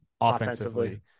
offensively